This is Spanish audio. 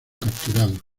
capturados